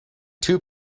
two